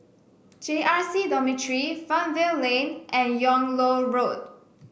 J R C Dormitory Fernvale Lane and Yung Loh Road